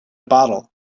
bottle